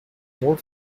more